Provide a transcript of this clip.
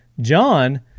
John